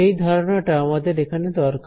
সেই ধারণাটা আমাদের এখানে দরকার